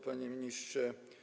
Panie Ministrze!